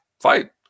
fight